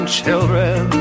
children